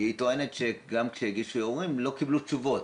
היא טוענת שגם כשהגישו ערעורים לא קיבלו תשובות,